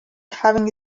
having